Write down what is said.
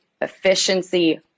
efficiency